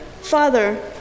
Father